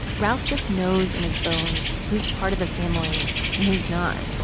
ralph just knows in his bones who's part of the family and who's not,